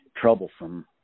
troublesome